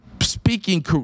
speaking